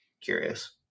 curious